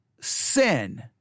sin